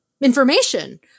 information